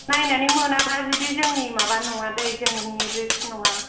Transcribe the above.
नायनानै मोनाब्ला जुदि जोंनि माबा नङादै जोंनि रिक्स नङा